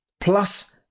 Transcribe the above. plus